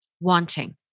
wanting